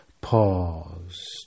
pause